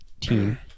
team